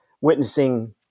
witnessing